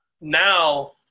now